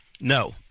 No